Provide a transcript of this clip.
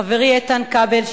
חבר הכנסת איתן כבל,